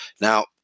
Now